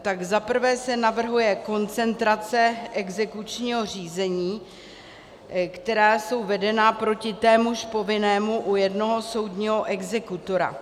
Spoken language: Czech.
Tak za prvé se navrhuje koncentrace exekučních řízení, která jsou vedena proti témuž povinnému u jednoho soudního exekutora.